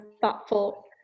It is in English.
thoughtful